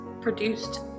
produced